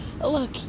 Look